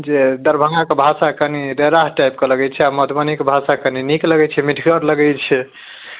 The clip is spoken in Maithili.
जे दरभङ्गाके भाषा कनि रेराह टाइपके लगैत छै आ मधुबनीके भाषा कनि नीक लगैत छै मिठगर लगैत छै